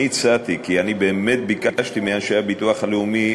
הצעתי כי באמת ביקשתי מאנשי הביטוח הלאומי,